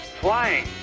Flying